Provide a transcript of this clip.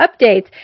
updates